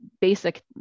basic